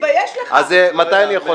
תתבייש לך, אתה --- זה לא אני.